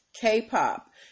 K-pop